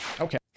Okay